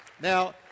Now